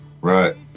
Right